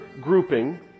grouping